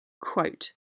Quote